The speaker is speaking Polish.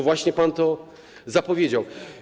Właśnie pan to zapowiedział.